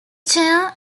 chair